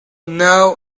now